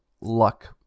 luck